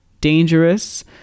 dangerous